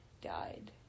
died